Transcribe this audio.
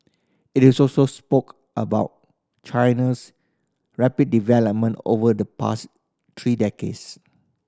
it is also spoke about China's rapid development over the past three decades